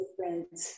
different